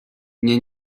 nie